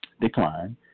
decline